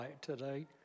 today